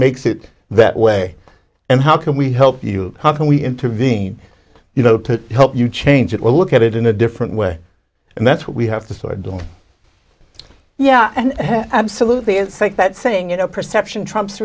makes it that way and how can we help you how can we intervene you know to help you change it will look at it in a different way and that's what we have to sort of do yeah and absolutely it's like that saying you know perception trumps